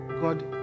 God